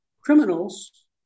Criminals